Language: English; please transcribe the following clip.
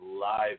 live